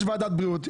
יש ועדת בריאות,